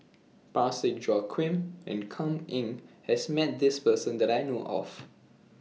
Parsick Joaquim and Kam Ning has Met This Person that I know of